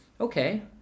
okay